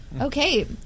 okay